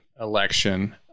election